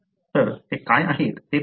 तर ते काय आहेत ते पाहूया